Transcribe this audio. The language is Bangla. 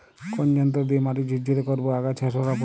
কোন যন্ত্র দিয়ে মাটি ঝুরঝুরে করব ও আগাছা সরাবো?